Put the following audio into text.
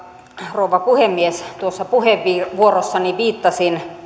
rouva puhemies tuossa puheenvuorossani viittasin